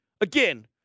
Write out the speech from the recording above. Again